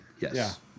Yes